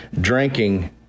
drinking